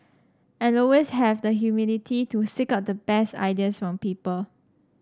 and always have the humility to seek out the best ideas from people